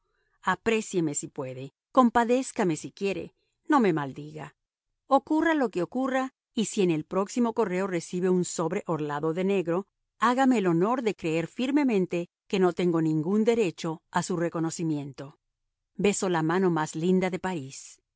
aprécieme si puede compadézcame si quiere no me maldiga ocurra lo que ocurra y si en el próximo correo recibe un sobre orlado de negro hágame el honor de creer firmemente que no tengo ningún derecho a su reconocimiento beso la mano más linda de parís